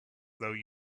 though